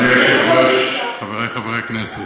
אדוני היושב-ראש, חברי חברי הכנסת,